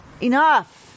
enough